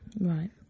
Right